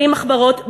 בלי מחברות,